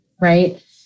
right